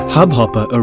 Hubhopper